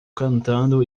cantando